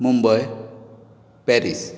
Mumbai Paris